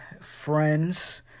friends